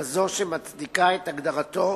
כזאת שמצדיקה את הגדרתו